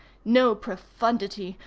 no profundity,